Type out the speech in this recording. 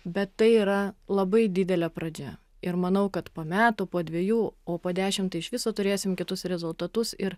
bet tai yra labai didelė pradžia ir manau kad po metų po dvejų o po dešim tai iš viso turėsim kitus rezultatus ir